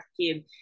kid